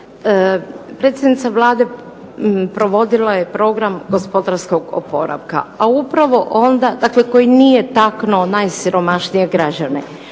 Predsjednica Vlade provodila je program gospodarskog oporavka, a upravo onda, dakle koji nije taknuo najsiromašnije građane,